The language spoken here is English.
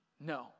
No